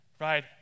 Right